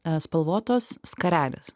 spalvotos skarelės